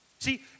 See